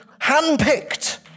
handpicked